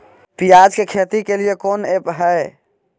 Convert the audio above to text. प्याज के खेती के लिए कौन ऐप हाय?